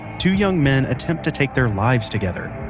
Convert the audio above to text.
two young men attempt to take their lives together.